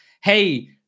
Hey